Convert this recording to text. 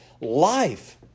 life